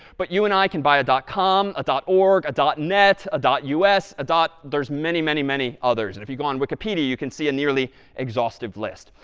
but you and i can buy a dot com, a dot org, a dot net, a dot us, a dot there's many, many, many others. and if you go on wikipedia you can see a nearly exhaustive list.